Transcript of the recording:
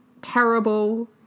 terrible